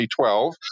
2012